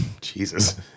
Jesus